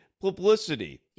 publicity